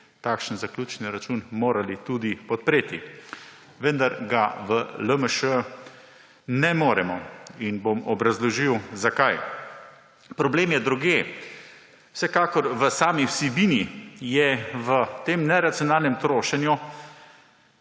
takšen zaključni račun morali tudi podpreti. Vendar ga v LMŠ ne moremo in bom obrazložil zakaj. Problem je drugje. Vsekakor v sami vsebini, v tem neracionalnem trošenju